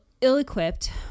ill-equipped